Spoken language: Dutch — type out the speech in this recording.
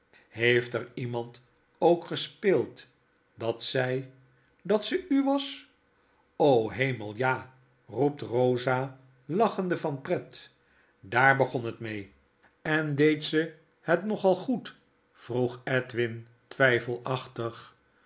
heeft er iemand ook gespeeld dat zy dat ze u was hemel ja r roept rosa lachende van pret daar begon het mee i mm bb whl i l i li t